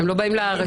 הם לא באים לארץ.